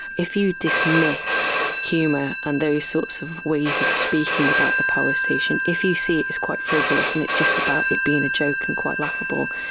if you dismiss humour and those sorts of ways of speaking about the power station, if you see it as quite frivolous and it's just about it being a joke and quite laughable,